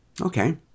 Okay